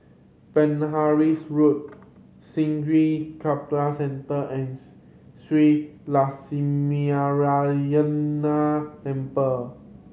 Penhas Road Sungei Kadut Central and Shree Lakshminarayanan Temple